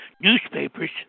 newspapers